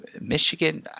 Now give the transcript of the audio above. Michigan